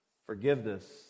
Forgiveness